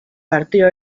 partió